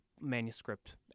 manuscript